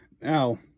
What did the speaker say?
Now